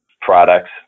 products